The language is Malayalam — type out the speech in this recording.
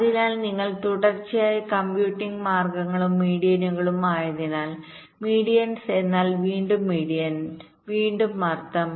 അതിനാൽ നിങ്ങൾ തുടർച്ചയായി കംപ്യൂട്ടിംഗ് മാർഗങ്ങളും മീഡിയനുകളും ആയതിനാൽ മീഡിയൻസ് എന്നാൽ വീണ്ടും മീഡിയൻ വീണ്ടും അർത്ഥം